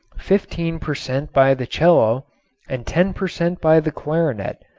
fifteen per cent. by the cello and ten per cent. by the clarinet.